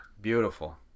Beautiful